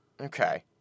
Okay